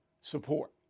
support